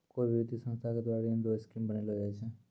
कोय भी वित्तीय संस्था के द्वारा ऋण रो स्कीम बनैलो जाय छै